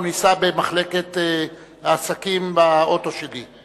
אנחנו ניסע במחלקת העסקים באוטו שלי.